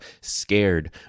scared